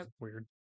weird